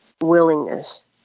willingness